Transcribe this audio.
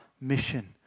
mission